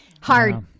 hard